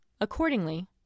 Accordingly